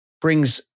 brings